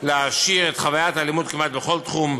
להעשיר את חוויית הלימוד כמעט בכל תחום: